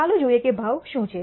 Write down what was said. ચાલો જોઈએ કે ભાવ શું છે